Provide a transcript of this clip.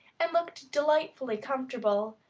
and looked delightfully comfortable,